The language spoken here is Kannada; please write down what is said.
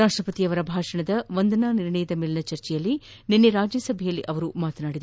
ರಾಷ್ಟಪತಿಯವರ ಭಾಷಣದ ವಂದನಾ ನಿರ್ಣಯದ ಮೇಲಿನ ಚರ್ಚೆಯಲ್ಲಿ ನಿನ್ನೆ ರಾಜ್ಯಸಭೆಯಲ್ಲಿ ಅವರು ಮಾತನಾಡಿದರು